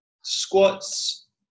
squats